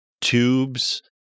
tubes